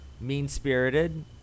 mean-spirited